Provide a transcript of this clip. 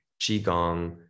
qigong